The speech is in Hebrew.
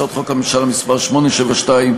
מ/872,